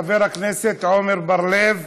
חבר הכנסת עמר בר-לב,